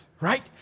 right